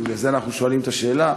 ובגלל זה אנחנו שואלים את השאלה,